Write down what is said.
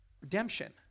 Redemption